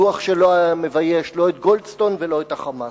דוח שלא היה מבייש לא את גולדסטון ולא את ה"חמאס".